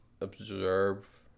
Observe